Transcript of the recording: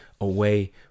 away